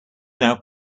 now